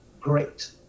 great